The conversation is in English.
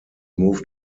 moved